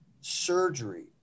surgery